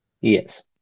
Yes